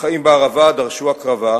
החיים בערבה דרשו הקרבה,